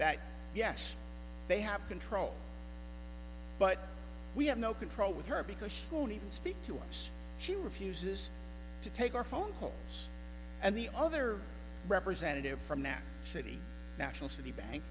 that yes they have control but we have no control with her because she won't even speak to us she refuses to take our phone calls and the other representative from that city national city bank